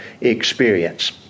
experience